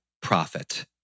profit